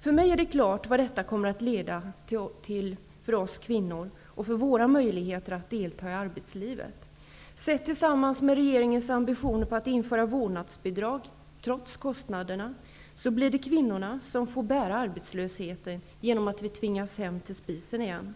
För mig är det klart vad detta kommer att leda till för oss kvinnor och våra möjligheter att delta i arbetslivet. Med tanke på regeringens ambitioner att införa vårdnadsbidrag, trots kostnaden, blir det kvinnorna som får bära arbetslösheten genom att vi tvingas hem till spisen igen.